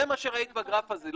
זה מה שראית בגרף הזה,